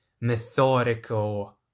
methodical